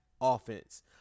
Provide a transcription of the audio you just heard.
offense